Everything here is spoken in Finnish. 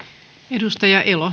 arvoisa